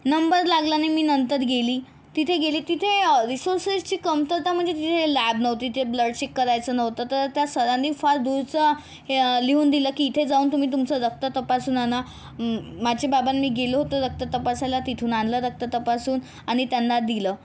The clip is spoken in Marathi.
नंबर लागला नाही मी नंतर गेली तिथे गेली तिथे रिसोर्सेसची कमतरता म्हणजे तिथे लॅब नव्हती तिथे ब्लड चेक करायचं नव्हतं तर त्या सरांनी फार दूरचा हे लिहून दिलं की इथे जाऊन तुम्ही तुमचं रक्त तपासून आणा माझे बाबा आणि मी गेलो होतो रक्त तपासायला तिथून आणलं रक्त तपासून आणि त्यांना दिलं